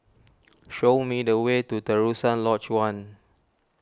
show me the way to Terusan Lodge one